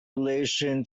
relation